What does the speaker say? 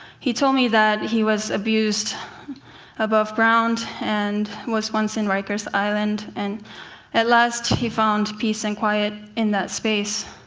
he told me that he was abused above ground and was once in riker's island, and at last he found peace and quiet in that space.